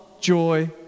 joy